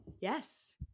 Yes